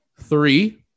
three